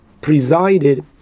presided